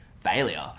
failure